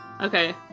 Okay